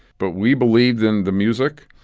but we believed in the music.